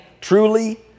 Truly